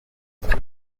rwanda